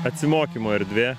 atsimokymo erdvė